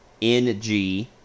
NG